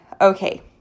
okay